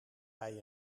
hij